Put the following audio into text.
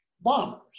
bombers